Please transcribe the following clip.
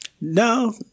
No